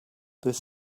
this